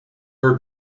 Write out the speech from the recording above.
her